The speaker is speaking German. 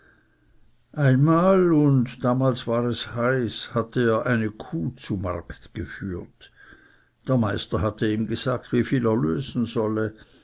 einmal und damals war es heiß hatte er eine kuh zu markt geführt der meister hatte ihm gesagt wieviel er lösen solle